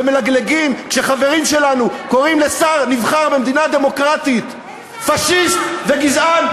ומלגלגים כשחברים שלנו קוראים לשר נבחר במדינה דמוקרטית פאשיסט וגזען,